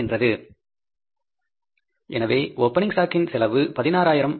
எனவே opening stock இன் செலவு 16000 ஆகும்